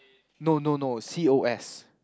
no no no C_O_S